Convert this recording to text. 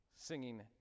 singing